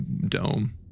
dome